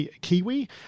Kiwi